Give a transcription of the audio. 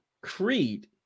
Creed